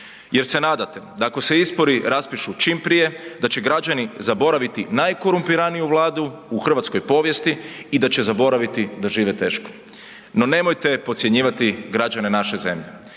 jer se nadate da ako se izbori raspišu čim prije da će građani zaboraviti najkorumpiraniju Vladu u hrvatskoj povijesti i da će zaboraviti da žive teško. No nemojte podcjenjivati građane naše zemlje,